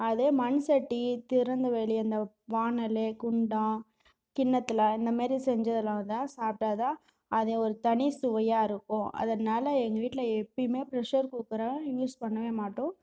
அதே மண் சட்டி திறந்தவெளி அந்த வாணல் குண்டான் கிண்ணத்தில் அந்த மாதிரி செஞ்சதுலாம் தான் சாப்பிட்டா தான் அது ஒரு தனி சுவையாகருக்கும் அதனால் எங்கள் வீட்டில எப்போயுமே பிரஷர் குக்கரை யூஸ் பண்ணவே மாட்டோம்